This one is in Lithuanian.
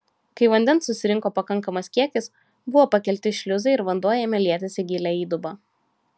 kai vandens susirinko pakankamas kiekis buvo pakelti šliuzai ir vanduo ėmė lietis į gilią įdubą